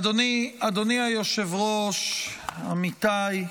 אדוני היושב-ראש, עמיתיי,